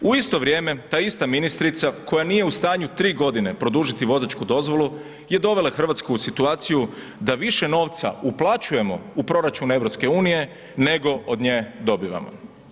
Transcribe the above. U isto vrijeme, ta ista ministrica koja nije u stanju tri godine produžiti vozačku dozvolu je dovela Hrvatsku u situaciju da više novca uplaćujemo u proračun EU nego od nje dobivamo.